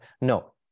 No